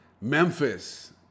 Memphis